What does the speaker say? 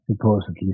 supposedly